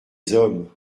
hommes